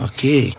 Okay